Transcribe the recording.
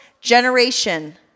generation